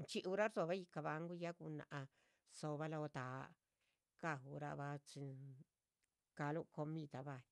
dxhíura dzo'bah lóh ganguhun gunáhc dzo'bah lo daaꞌga'urabah. chín caluh comida baí